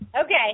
Okay